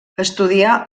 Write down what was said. estudià